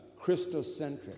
Christocentric